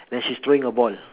then she's throwing a ball